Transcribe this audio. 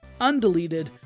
undeleted